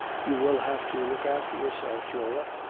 you will have to look after yourself, flora.